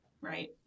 Right